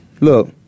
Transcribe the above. Look